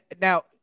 now